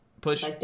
Push